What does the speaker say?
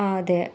ആ അതെ